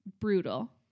Brutal